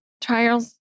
trials